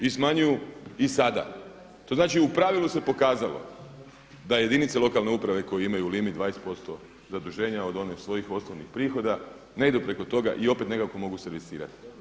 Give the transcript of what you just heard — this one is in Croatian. I smanjuju i sada, to znači u pravilu se pokazalo da jedinice lokalne uprave koje imaju limit 20% zaduženja od onih svojih osnovnih prihoda ne idu preko toga i opet nekako mogu servisirati.